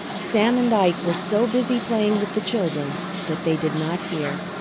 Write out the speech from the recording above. sam and ike were so busy playing with the children that they did not hear.